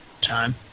time